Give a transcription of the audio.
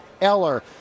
eller